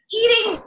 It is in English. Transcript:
eating